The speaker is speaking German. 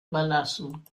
überlassen